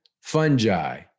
fungi